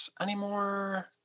anymore